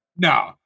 No